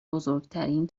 بزرگترین